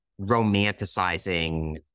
romanticizing